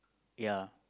ya